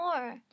more